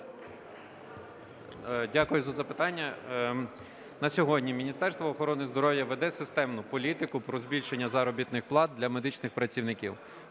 Дякую за запитання. На сьогодні Міністерство охорони здоров'я веде системну політику про збільшення заробітних плат для медичних працівників.